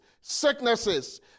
sicknesses